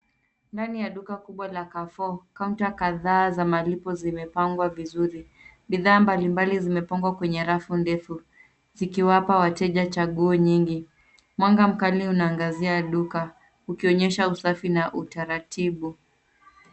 Ndani ya duka kubwa la Carrefour kaunta kadhaa za malipo zimepangwa vizuri. Bidhaa mbalimbali zimepangwa kwenye rafu ndefu zikiwapa wateja chaguo nyingi. Mwanga mkali unaangazia duka ukionyesha usafi na utaratibu.